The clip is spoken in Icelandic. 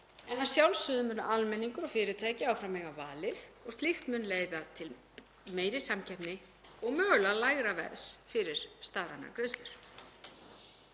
En að sjálfsögðu mun almenningur og fyrirtæki áfram eiga valið og slíkt mun leiða til meiri samkeppni og mögulega lægra verðs fyrir stafrænar greiðslur.